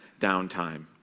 downtime